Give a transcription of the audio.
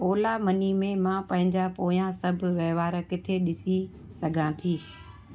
Ola money में मां पंहिंजा पोयां सभु वहिंवार किथे ॾिसी सघां थी